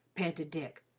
panted dick.